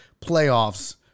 playoffs